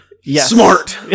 Smart